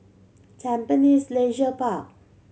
Tampines Leisure Park